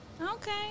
Okay